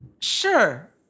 Sure